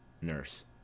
Nurse